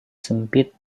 sempit